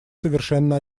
совершенно